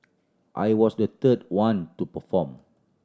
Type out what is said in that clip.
I was the third one to perform